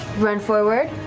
run forward.